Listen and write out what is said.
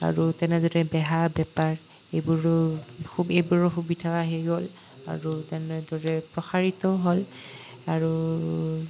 আৰু তেনেদৰে বেহা বেপাৰ এইবোৰো এইবোৰো সুবিধা আহি গ'ল আৰু তেনেদৰে প্ৰসাৰিতও হ'ল আৰু